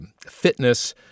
fitness